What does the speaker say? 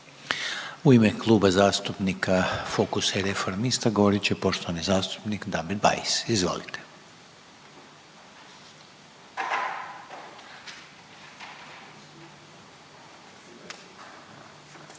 U ime Kluba zastupnika Fokusa i Reformista govorit će poštovani zastupnik Damir Bajs. Izvolite.